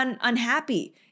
unhappy